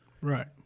Right